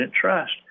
trust